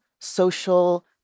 social